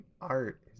art